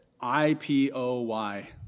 I-P-O-Y